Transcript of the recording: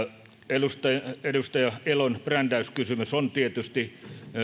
edustaja edustaja elon brändäyskysymys on tietysti